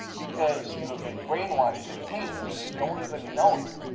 because you have been brainwashed to hate and you don't even know it.